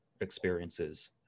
experiences